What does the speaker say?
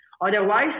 Otherwise